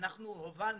אנחנו הובלנו.